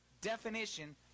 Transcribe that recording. definition